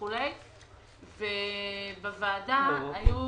בוועדה היו